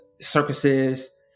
circuses